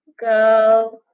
go